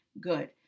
good